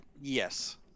Yes